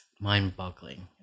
mind-boggling